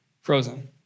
frozen